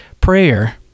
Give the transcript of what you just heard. prayer